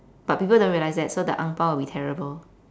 but people don't realise that so the ang pao will be terrible